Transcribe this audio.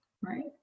right